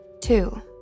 Two